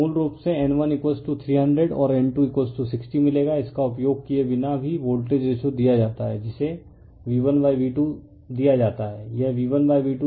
refer slide time 3135 तो मूल रूप से N1300 और N260 मिलेगा इसका उपयोग किए बिना भी वोल्टेज रेशो दिया जाता है जिसे V1V2 दिया जाता है यह V1V2 N1N2 और N है और यह वास्तव में 500100 दिया जाता है